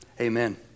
amen